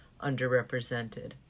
underrepresented